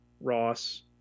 Ross